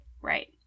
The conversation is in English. Right